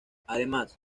además